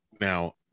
Now